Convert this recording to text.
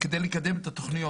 על מנת לקדם את התוכניות.